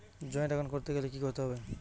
Joint account করতে গেলে কি করতে হবে?